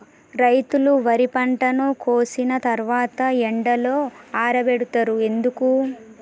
రైతులు వరి పంటను కోసిన తర్వాత ఎండలో ఆరబెడుతరు ఎందుకు?